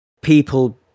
people